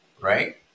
Right